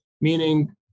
meaning